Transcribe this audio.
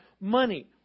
money